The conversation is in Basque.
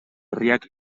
herriak